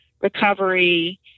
recovery